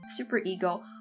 superego